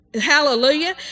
Hallelujah